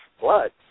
blood